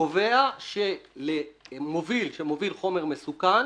קובע שלמוביל שמוביל חומר מסוכן,